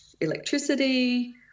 electricity